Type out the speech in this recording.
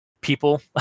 people